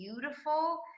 beautiful